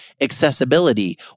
accessibility